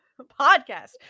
Podcast